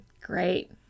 Great